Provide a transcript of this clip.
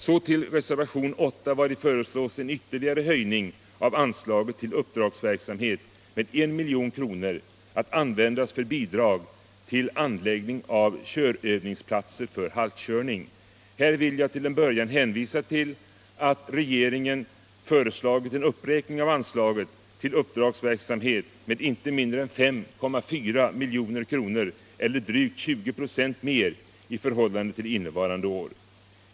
Så till reservationen 8, vari föreslås en ytterligare höjning av anslaget till uppdragsverksamhet med 1 milj.kr. att användas för bidrag till anläggning av körövningsplatser för halkkörning. Här vill jag till en början hänvisa till att regeringen föreslagit en uppräkning av anslaget till uppdragsverksamheten med inte mindre än 5,4 milj.kr. eller drygt 20 96 mer än under innevarande budgetår.